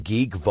Geek